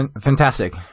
Fantastic